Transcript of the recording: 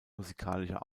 musikalischer